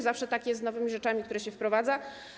Zawsze tak jest z nowymi rzeczami, które się wprowadza.